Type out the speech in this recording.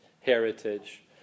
heritage